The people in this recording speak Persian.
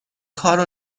کارو